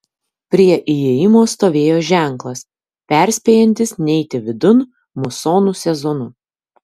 prie įėjimo stovėjo ženklas perspėjantis neiti vidun musonų sezonu